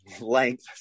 length